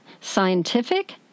scientific